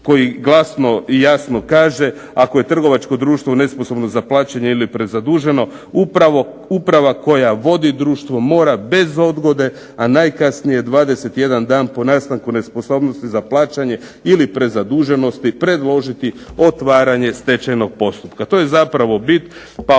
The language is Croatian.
koji glasno i jasno kaže: "ako je trgovačko društvo nesposobno za plaćanje ili prezaduženo uprava koja vodi društvo mora bez odgode, a najkasnije 21 dan po nastanku nesposobnosti za plaćanje ili prezaduženosti predložiti otvaranje stečajnog postupka."